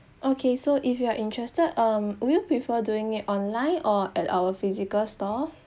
okay so if you are interested um would you prefer doing it online or at our physical store